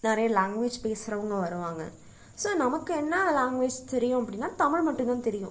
நிறைய லேங்குவேஜ் பேசுறவங்க வருவாங்க ஸோ நமக்கு என்ன லேங்குவேஜ் தெரியும் அப்படின்னா தமிழ் மட்டும்தான் தெரியும்